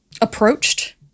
approached